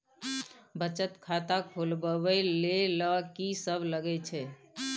बचत खाता खोलवैबे ले ल की सब लगे छै?